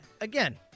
again